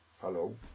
Hello